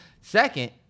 Second